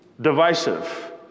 divisive